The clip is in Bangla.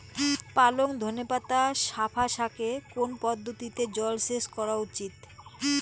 পালং ধনে পাতা লাফা শাকে কোন পদ্ধতিতে জল সেচ করা উচিৎ?